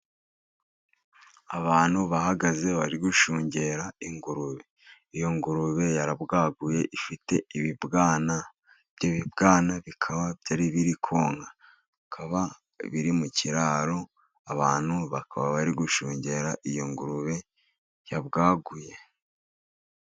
Abantu bahagaze bari gushungera ingurube. Iyo ngurube yarabwaguye ifite ibibwana, ibyo bibwana bikaba byari biri konka, bikaba biri mu kiraro. Abantu bakaba bari gushungera iyo ngurube yabwaguye.